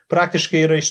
praktiškai yra iš